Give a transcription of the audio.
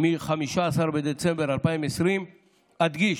מ-15 בדצמבר 2020. אדגיש: